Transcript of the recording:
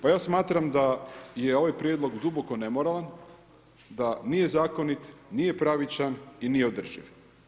Pa ja smatram da je ovaj prijedlog duboko nemoralan, da nije zakonit, nije pravičan i nije održiv.